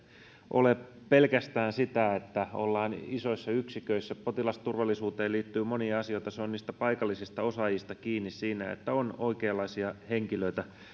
ole pelkästään sitä että ollaan isoissa yksiköissä potilasturvallisuuteen liittyy monia asioita se on niistä paikallisista osaajista kiinni että on oikeanlaisia henkilöitä